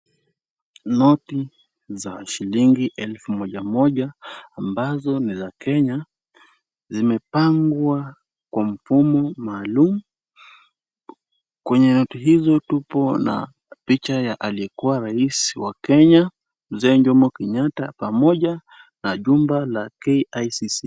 Noti za shilingi elfu moja moja ambazo ni za Kenya zimepangwa kwa mfumo maalum. Kwenye noti hizi tupo na picha za aliyekuwa rais wa Kenya Mzee Jino Kenyatta pamoja na jumba la KICC.